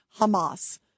Hamas